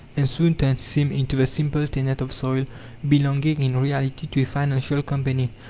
and soon turns him into the simple tenant of soil belonging in reality to a financial company.